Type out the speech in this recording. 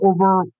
over